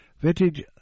Vintage